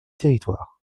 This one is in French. territoires